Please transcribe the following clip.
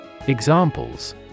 Examples